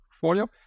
portfolio